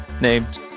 named